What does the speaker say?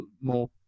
more –